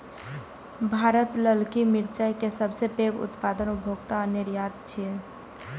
भारत ललकी मिरचाय के सबसं पैघ उत्पादक, उपभोक्ता आ निर्यातक छियै